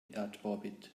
erdorbit